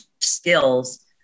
skills